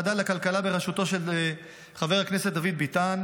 הכלכלה בראשותו של חבר הכנסת דוד ביטן,